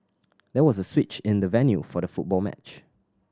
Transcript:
there was a switch in the venue for the football match